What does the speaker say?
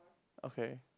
okay